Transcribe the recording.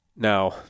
Now